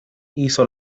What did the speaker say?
hizo